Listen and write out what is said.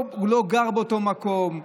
הוא לא גר באותו מקום,